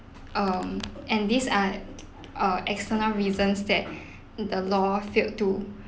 um and these are err external reasons that the law failed to